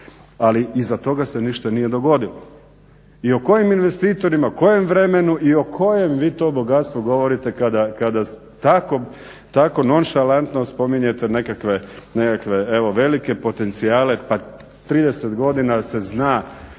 Ali iza toga se ništa nije dogodilo. i o kojim investitorima, kojem vremenu i o kojem vi to bogatstvu govorite kada tako nonšalantno spominjete nekakve evo velike potencijale? Pa 30 godina se zna,